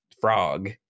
frog